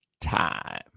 time